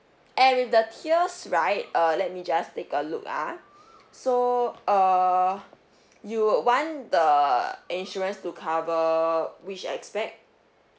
and with the tiers right err let me just take a look ah so err you would want the insurance to cover which expect